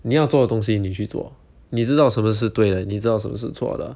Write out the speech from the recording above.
你要做的东西你去做你知道什么是对的你知道什么是错的